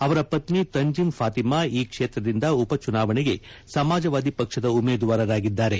ಅವರ ಪತ್ನಿ ತಂಜಿಂ ಫಾತೀಮಾ ಆ ಕ್ಷೇತ್ರದಿಂದ ಉಪಚುನಾವಣೆಗೆ ಸಮಾಜವಾದಿ ಪಕ್ಷದ ಉಮೇದುವಾರರಾಗಿದ್ದಾರೆ